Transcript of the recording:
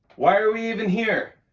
why are we even here?